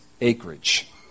acreage